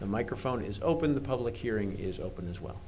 the microphone is open the public hearing is open as well